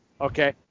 Okay